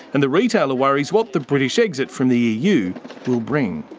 and the retailer worries what the british exit from the eu will bring.